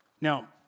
Now